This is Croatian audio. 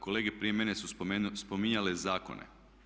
Kolege prije mene su spominjale zakone.